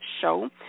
show